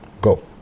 Go